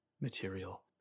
material